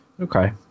Okay